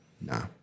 no